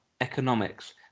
economics